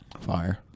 Fire